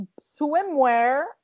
swimwear